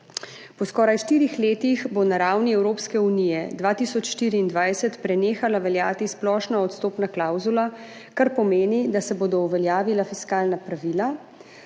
Po skoraj štirih letih bo na ravni Evropske unije 2024 prenehala veljati splošna odstopna klavzula, kar pomeni, da se bodo uveljavila fiskalna pravila.